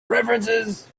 references